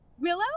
Willow